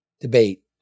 Debate